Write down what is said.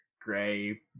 gray